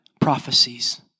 prophecies